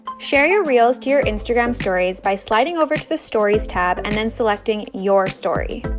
share your reels to your instagram stories by sliding over to the stories tab and then selecting your story.